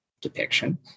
depiction